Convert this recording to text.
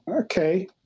Okay